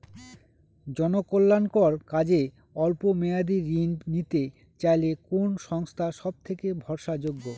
জনকল্যাণকর কাজে অল্প মেয়াদী ঋণ নিতে চাইলে কোন সংস্থা সবথেকে ভরসাযোগ্য?